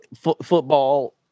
football